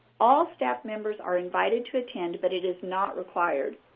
all staff members are invited to attend, but it is not required.